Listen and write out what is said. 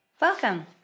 Welcome